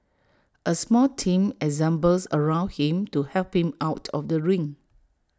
A small team assembles around him to help him out of the ring